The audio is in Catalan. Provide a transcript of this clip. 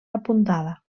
apuntada